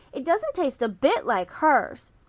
it doesn't taste a bit like hers.